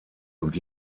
und